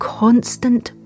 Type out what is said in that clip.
constant